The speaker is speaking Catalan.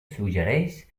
suggereix